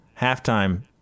halftime